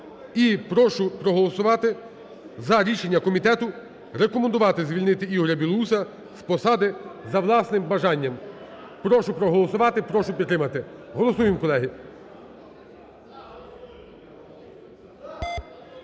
прошу проголосувати за рішення комітету рекомендувати звільнити Ігоря Білоуса з посади за власним бажанням. Прошу проголосувати, прошу підтримати. Голосуємо, колеги.